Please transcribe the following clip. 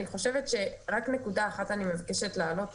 רק נקודה אחת אני מבקשת להעלות.